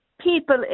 People